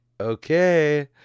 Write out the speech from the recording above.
okay